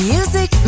Music